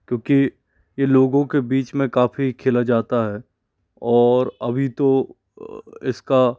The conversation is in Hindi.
क्योंकि ये लोगों के बीच में काफ़ी खेला जाता है और अभी तो इसका